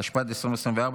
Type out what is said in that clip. התשפ"ג 2023,